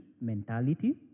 mentality